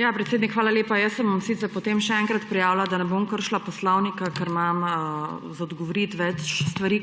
Ja, predsednik, hvala lepa. Jaz se bom sicer potem še enkrat prijavila, da ne bom kršila poslovnika, ker imam za odgovoriti